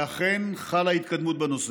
ואכן חלה התקדמות בנושא.